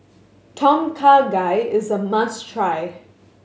Tom Kha Gai is a must try